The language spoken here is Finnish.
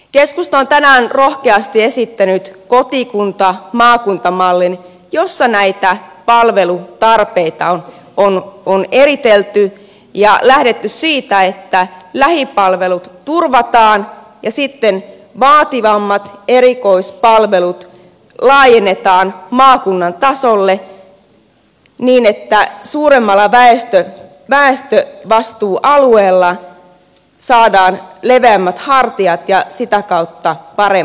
keskusta on tänään rohkeasti esittänyt kotikuntamaakunta mallin jossa näitä palvelutarpeita on eritelty ja lähdetty siitä että lähipalvelut turvataan ja sitten vaativammat erikoispalvelut laajennetaan maakunnan tasolle niin että suuremmalla väestövastuualueella saadaan leveämmät hartiat ja sitä kautta paremmat palvelut